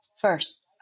first